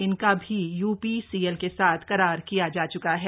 इनका भी यूपीसीएल के साथ करार किया जा च्का है